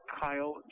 Kyle